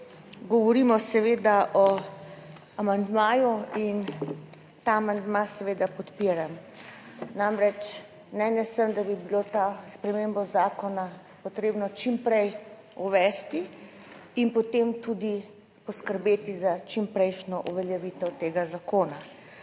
govorimo seveda o amandmaju in ta amandma seveda podpiram. Namreč, mnenja sem, da bi bilo to spremembo zakona potrebno čim prej uvesti in potem tudi poskrbeti za čimprejšnjo uveljavitev tega zakona.